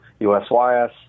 USYS